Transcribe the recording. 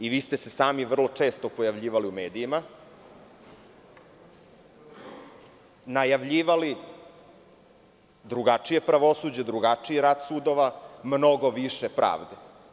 I sami ste se vrlo često pojavljivali u medijima, najavljivali drugačije pravosuđe, drugačiji rat sudova, mnogo više pravde.